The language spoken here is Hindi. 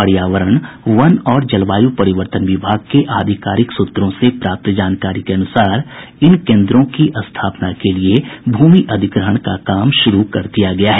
पर्यावरण वन और जलवायू परिवर्तन विभाग के आधिकारिक सूत्रों से प्राप्त जानकारी के अनुसार इन केन्द्रों की स्थापना के लिए भूमि अधिग्रहण का काम शुरू कर दिया गया है